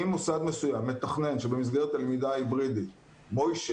אם מוסד מסוים מתכנן שבמסגרת הלמידה ההיברידית משה